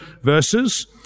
verses